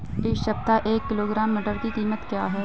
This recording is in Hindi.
इस सप्ताह एक किलोग्राम मटर की कीमत क्या है?